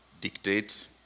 dictate